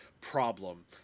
problem